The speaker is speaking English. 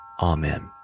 amen